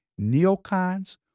Neocons